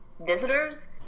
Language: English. visitors